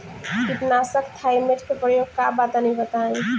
कीटनाशक थाइमेट के प्रयोग का बा तनि बताई?